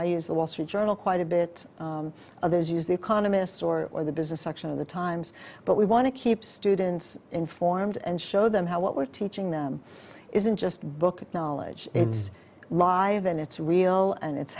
i use the wall street journal quite a bit others use the economist or or the business section of the times but we want to keep students informed and show them how what we're teaching them isn't just book knowledge it's live and it's real and it's